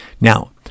Now